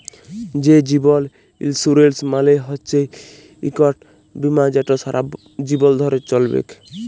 যে জীবল ইলসুরেলস মালে হচ্যে ইকট বিমা যেট ছারা জীবল ধ্যরে চ্যলবেক